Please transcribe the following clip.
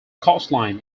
coastline